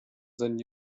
sein